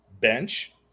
bench